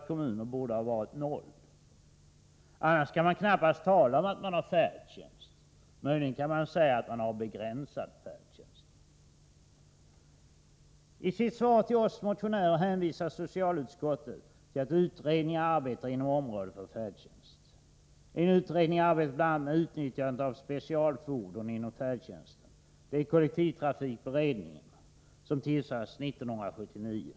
I kommuner som saknar specialfordon kan man nämligen knappast göra gällande att man har färdtjänst; möjligen kan man säga att man har begränsad färdtjänst. I sitt svar till oss motionärer hänvisar socialutskottet till att utredningar arbetar inom området för färdtjänst. En utredning arbetar bl.a. med utnyttjandet av specialfordon inom färdtjänsten, nämligen kollektivtrafikberedningen, som tillsattes 1979.